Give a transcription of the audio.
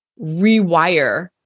rewire